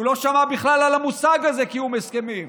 הוא לא שמע בכלל על המושג הזה, קיום הסכמים.